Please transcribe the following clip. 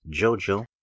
Jojo